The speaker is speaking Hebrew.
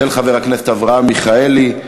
של חבר הכנסת אברהם מיכאלי.